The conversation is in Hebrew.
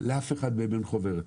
לאף אחד מהן אין חוברת.